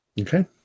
Okay